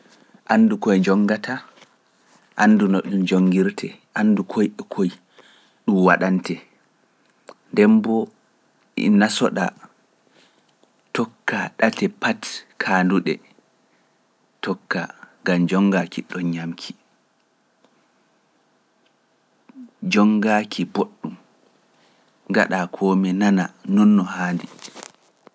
Anndu koye njongataa, anndu no ɗum njongirtee, anndu koye e koye ɗum waɗante, ndemboo nasoɗa tokkaa ɗate pat kaanduɗe, tokkaa ngam njonga kidɗon ñamki, njongaaki boɗɗum, ngaɗa komi nana noon no haani.